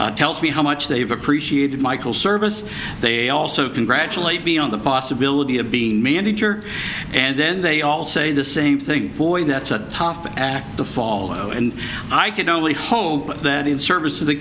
tells me how much they've appreciated michael service they also congratulate me on the possibility of being managed or and then they all say the same thing boy that's a tough act to follow and i can only hope that in service to the